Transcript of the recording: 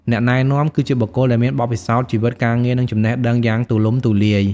អ្នកណែនាំ គឺជាបុគ្គលដែលមានបទពិសោធន៍ជីវិត ការងារ និងចំណេះដឹងយ៉ាងទូលំទូលាយ។